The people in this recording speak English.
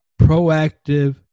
proactive